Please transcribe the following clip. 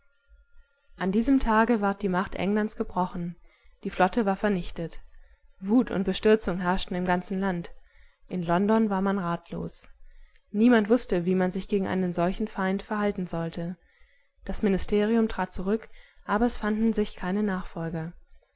an diesem tage ward die macht englands gebrochen die flotte war vernichtet wut und bestürzung herrschten im ganzen land in london war man ratlos niemand wußte wie man sich gegen einen solchen feind verhalten solle das ministerium trat zurück aber es fanden sich keine nachfolger